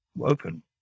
open